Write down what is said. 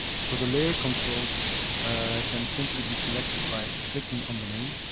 so, the layer controls can simply be selected by clicking on the name,